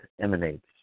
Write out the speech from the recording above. emanates